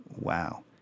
Wow